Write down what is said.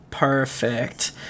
Perfect